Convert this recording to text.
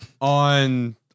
on